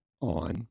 on